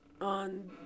on